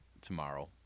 tomorrow